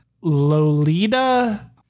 Lolita